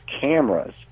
cameras